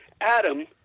Adam